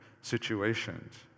situations